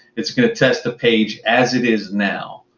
it's going to test the page as it is now.